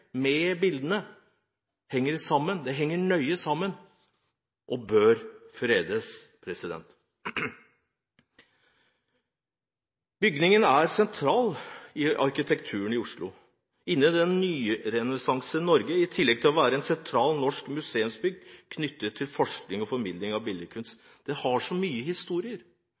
henger sammen med bildene, det henger nøye sammen – og bør fredes. Bygningen er sentral i arkitekturen i Oslo – innen nyrenessansen i Norge – i tillegg til å være et sentralt norsk museumsbygg knyttet til forsking og formidling av billedkunst. Den har så mye